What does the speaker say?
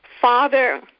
Father